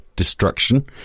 Destruction